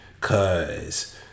Cause